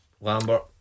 Lambert